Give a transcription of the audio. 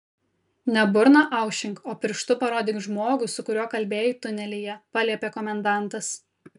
ne burną aušink o pirštu parodyk žmogų su kuriuo kalbėjai tunelyje paliepė komendantas